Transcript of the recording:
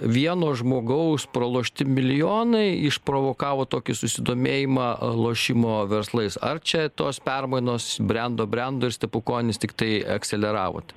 vieno žmogaus pralošti milijonai išprovokavo tokį susidomėjimą lošimo verslais ar čia tos permainos brendo brendo ir stepukonis tiktai ekseleravo